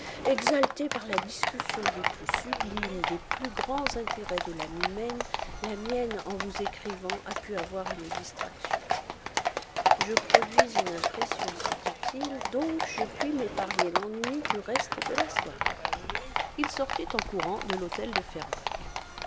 exalté par la discussion des plus sublimes des plus grands intérêts de l'âme humaine la mienne en vous écrivant a pu avoir une distraction je produis une impression se dit-il donc je puis m'épargner l'ennui du reste de la soirée il sortit en courant de l'hôtel de fervaques